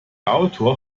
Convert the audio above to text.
autor